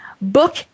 book